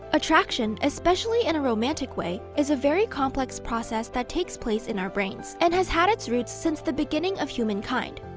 attraction, especially in and a romantic way, is a very complex process that takes place in our brains, and has had its roots since the beginning of humankind.